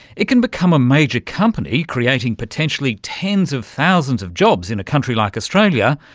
it can become a major company, creating potentially tens of thousands of jobs in a country like australia,